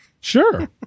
sure